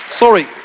Sorry